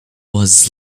was